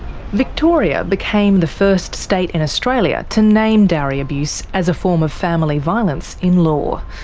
victoria became the first state in australia to name dowry abuse as a form of family violence in law.